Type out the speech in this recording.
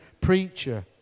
preacher